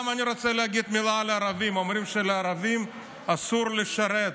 אני גם רוצה להגיד מילה על ערבים: אומרים שלערבים אסור לשרת,